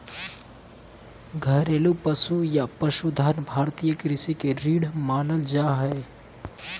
घरेलू पशु या पशुधन भारतीय कृषि के रीढ़ मानल जा हय